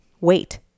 wait